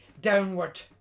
downward